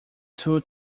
too